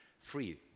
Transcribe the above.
free